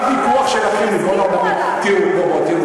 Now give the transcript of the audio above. עכשיו, על מה הוויכוח שלכם, ריבון העולמים?